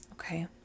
Okay